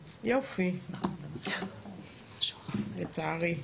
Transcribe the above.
יופי, לצערי.